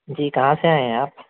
جی کہاں سے آئے ہیں آپ